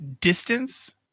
distance